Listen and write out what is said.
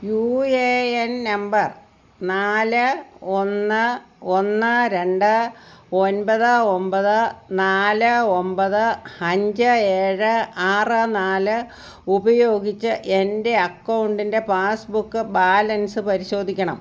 U A N number നാല് ഒന്ന് ഒന്ന് രണ്ട് ഒൻപത് ഒമ്പത് നാല് ഒമ്പത് അഞ്ച് ഏഴ് ആറ് നാല് ഉപയോഗിച്ച് എൻ്റെ അക്കൗണ്ടിൻ്റെ പാസ്ബുക്ക് ബാലൻസ് പരിശോധിക്കണം